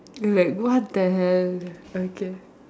you like what the hell okay